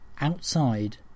outside